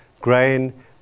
grain